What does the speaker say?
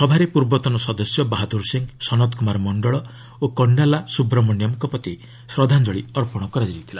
ସଭାରେ ପୂର୍ବତନ ସଦସ୍ୟ ବାହାଦୁର ସିଂ ସନତ୍ କୁମାର ମଣ୍ଡଳ ଓ କଣ୍ଡାଲା ସୁବ୍ରମଣ୍ୟମ୍ଙ୍କ ପ୍ରତି ଶ୍ରଦ୍ଧାଞ୍ଜଳି ଅର୍ପଣ କରାଯାଇଥିଲା